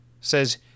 says